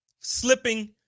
slipping